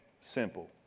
simple